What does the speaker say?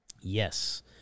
Yes